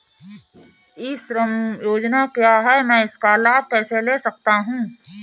ई श्रम योजना क्या है मैं इसका लाभ कैसे ले सकता हूँ?